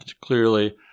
clearly